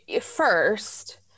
first